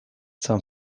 zen